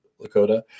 Lakota